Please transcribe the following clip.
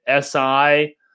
SI